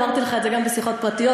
אמרתי לך את זה גם בשיחות פרטיות,